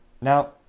Now